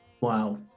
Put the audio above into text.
wow